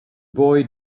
boy